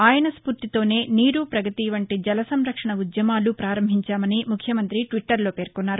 ఆయన స్ఫూర్తితోనే నీరు పగతి వంటి జల సంరక్షణ ఉద్యమాలు పారంభించామని ముఖ్యమంతి ట్విట్టర్లో పేర్కొన్నారు